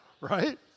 Right